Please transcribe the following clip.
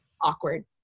awkward